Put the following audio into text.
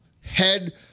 head